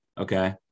okay